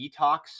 detox